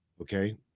okay